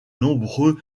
nombreux